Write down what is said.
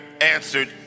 answered